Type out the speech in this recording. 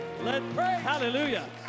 Hallelujah